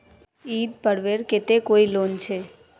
ईद पर्वेर केते कोई लोन छे?